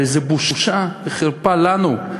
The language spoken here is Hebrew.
הרי זו בושה וחרפה לנו,